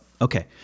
Okay